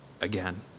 again